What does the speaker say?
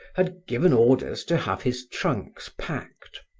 had given orders to have his trunks packed.